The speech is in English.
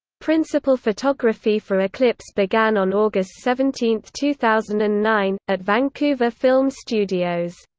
principal photography for eclipse began on august seventeen, two thousand and nine, at vancouver film studios.